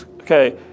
Okay